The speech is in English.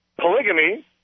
Polygamy